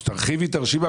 אז תרחיבי את הרשימה,